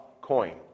coin